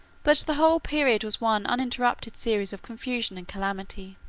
but the whole period was one uninterrupted series of confusion and calamity.